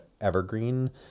Evergreen